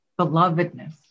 belovedness